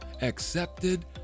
accepted